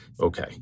Okay